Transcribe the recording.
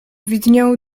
widniał